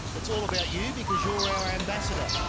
it's all about you because you're our ambassador.